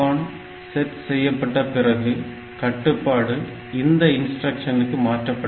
PCON set செய்யப்பட்ட பிறகு கட்டுப்பாடு இந்த இன்ஸ்டிரக்ஷனுக்கு மாற்றப்படுகிறது